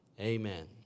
Amen